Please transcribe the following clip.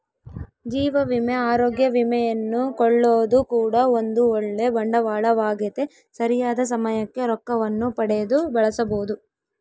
ಜೀವ ವಿಮೆ, ಅರೋಗ್ಯ ವಿಮೆಯನ್ನು ಕೊಳ್ಳೊದು ಕೂಡ ಒಂದು ಓಳ್ಳೆ ಬಂಡವಾಳವಾಗೆತೆ, ಸರಿಯಾದ ಸಮಯಕ್ಕೆ ರೊಕ್ಕವನ್ನು ಪಡೆದು ಬಳಸಬೊದು